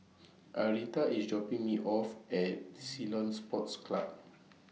Arietta IS dropping Me off At Ceylon Sports Club